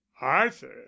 arthur